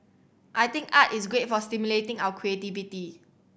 I think art is great for stimulating our creativity